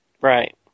Right